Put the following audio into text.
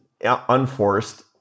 unforced